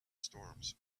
storms